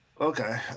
Okay